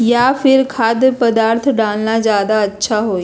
या फिर खाद्य पदार्थ डालना ज्यादा अच्छा होई?